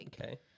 Okay